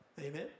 Amen